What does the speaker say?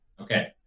Okay